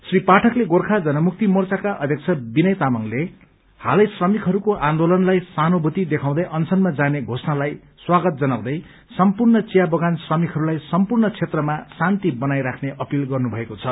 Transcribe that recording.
श्री पाठकले गोर्खा जनमुक्ति मोर्चाका अध्यक्ष विनय तामाङले हालै श्रमिकहरूको आन्दोलनलाई सहानुभूति देखाउँदै अनशनमा जाने घोषणालाई स्वागत जनाउँदै सम्पूर्ण चिया बगान श्रमिकहरूलाई सम्पूर्ण क्षेत्रमा शान्ति बनाई राख्ने अपील गर्नुमएको छ